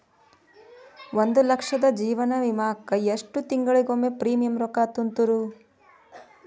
ಒಂದ್ ಲಕ್ಷದ ಜೇವನ ವಿಮಾಕ್ಕ ಎಷ್ಟ ತಿಂಗಳಿಗೊಮ್ಮೆ ಪ್ರೇಮಿಯಂ ರೊಕ್ಕಾ ತುಂತುರು?